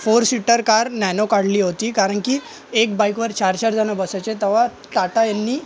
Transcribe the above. four seater car Nano काढली होती कारण की एक बाइकवर चार चार जणं बसायचे तवा टाटा यांनी